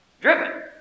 Driven